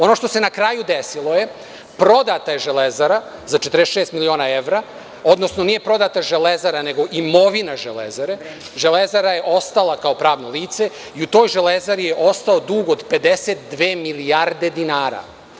Ono što se na kraju desilo je, prodata je Železara za 46 miliona evra, odnosno nije prodata Železara nego imovina Železare, Železara je ostala kao pravno lice i u toj Železari je ostao dug od 52 milijarde dinara.